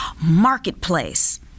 Marketplace